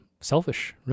selfish